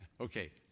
Okay